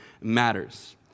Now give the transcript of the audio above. matters